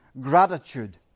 gratitude